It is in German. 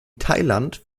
thailand